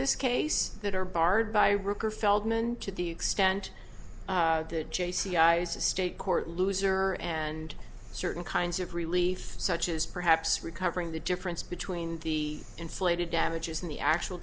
this case that are barred by ricker feldman to the extent that j c i's a state court loser and certain kinds of relief such as perhaps recovering the difference between the inflated damages and the actual